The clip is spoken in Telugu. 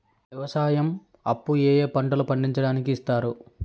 వ్యవసాయం అప్పు ఏ ఏ పంటలు పండించడానికి ఇస్తారు?